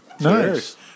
Nice